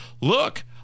look